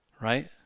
right